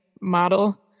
model